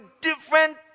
different